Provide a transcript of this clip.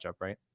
right